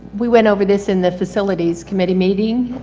we went over this in the facilities committee meeting,